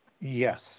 Yes